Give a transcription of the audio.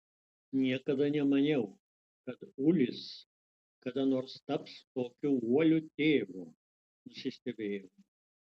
niekada nemaniau kad ulis kada nors taps tokiu uoliu tėvu nusistebėjau